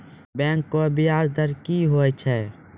Bank का ब्याज दर क्या होता हैं?